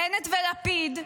בנט ולפיד,